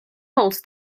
holds